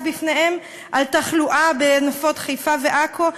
בפניהם על התחלואה בנפות חיפה ועכו,